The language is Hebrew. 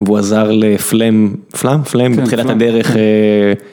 והוא עזר לפלאם פלאם פלאם בתחילת הדרך.